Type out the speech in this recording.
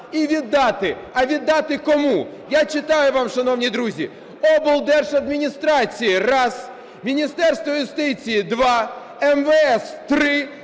і віддати. А віддати кому? Я читаю вам, шановні друзі: облдержадміністраціям – раз, Міністерству юстиції – два, МВС – три,